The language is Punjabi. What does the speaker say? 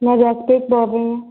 ਮੈਂ ਜਸਪ੍ਰੀਤ ਬੋਲ ਰਹੀ ਹਾਂ